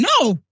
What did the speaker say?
No